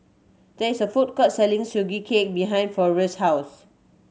there is a food court selling Sugee Cake behind Forest's house